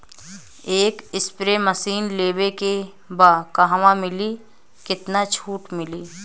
एक spray machine लेवे के बा कहवा मिली केतना छूट मिली?